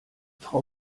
frau